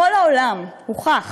בכל העולם הוכח